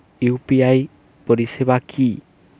UPI পরিসেবা কি?